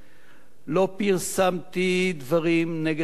לא פרסמתי דברים נגד הממשלה,